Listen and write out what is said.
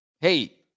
Hey